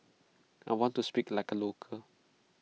I want to speak like A local